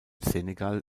senegal